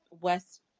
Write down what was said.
West